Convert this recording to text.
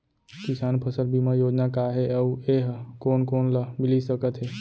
किसान फसल बीमा योजना का हे अऊ ए हा कोन कोन ला मिलिस सकत हे?